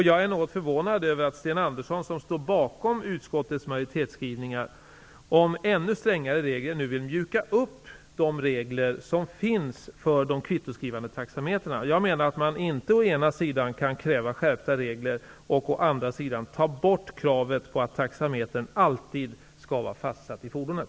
Jag är något förvånad över att Sten Andersson, som står bakom utskottets majoritetsskrivningar om ännu strängare regler, nu vill mjuka upp de regler som finns vad gäller de kvittoskrivande taxametrarna. Man kan inte å ena sidan kräva skärpta regler och å andra sidan ta bort kravet på att taxametern alltid skall vara fastsatt i fordonet.